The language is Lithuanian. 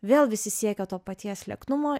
vėl visi siekia to paties lieknumo